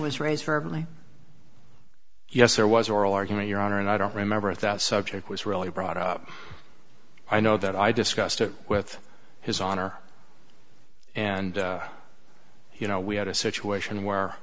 was raised for really yes there was oral argument your honor and i don't remember at that subject was really brought up i know that i discussed it with his honor and you know we had a situation where